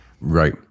Right